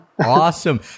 Awesome